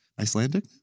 Icelandic